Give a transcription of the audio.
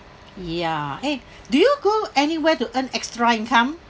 ya eh do you go anywhere to earn extra income